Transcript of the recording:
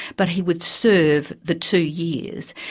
but he would serve the two years.